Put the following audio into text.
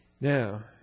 Now